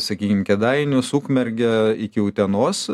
sakykim kėdainius ukmergę iki utenos